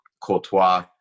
Courtois